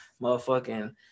motherfucking